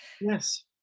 Yes